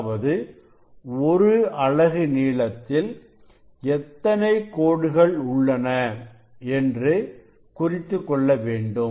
அதாவது ஒரு அலகு நீளத்தில் எத்தனை கோடுகள் உள்ளன என்று குறித்துக்கொள்ள வேண்டும்